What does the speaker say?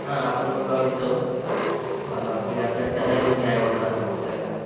हां आपण दोघं गाडीत जाऊ तुझ्या घरच्यांना घेऊन ये आई वडिलांना वगैरे सगळ्यांना